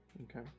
Okay